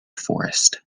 forest